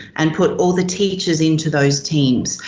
and put all the teachers into those teams.